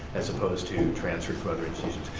as opposed to transfers from other institutions.